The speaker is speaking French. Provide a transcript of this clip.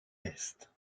est